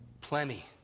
Plenty